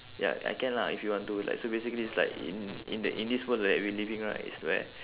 ya I I can lah if you want to like so basically it's like in in the in this world that we living right it's where